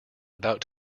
about